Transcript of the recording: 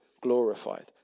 glorified